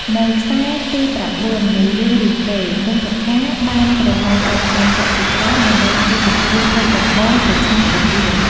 នៅខ្សែទី ៩ នៃរឿងរាមកេរ្តិ៍ កុម្ពការណ៍បានប្រមូលកងទ័ពយក្សជាច្រើន ដើម្បីធ្វើសង្គ្រាមលើកដំបូងប្រឆាំងព្រះរាម។